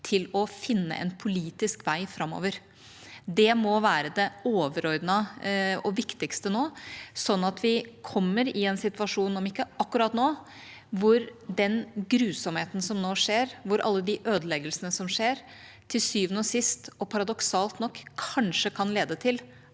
til å finne en politisk vei framover. Det må være det overordnede og viktigste nå, sånn at vi kommer i en situasjon – om ikke akkurat nå – hvor den grusomheten som nå skjer, hvor alle de ødeleggelsene som skjer, til syvende og sist og paradoksalt nok kanskje kan lede til